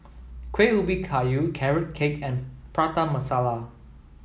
Kueh Ubi Kayu carrot cake and Prata Masala